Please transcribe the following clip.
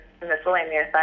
miscellaneous